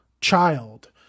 child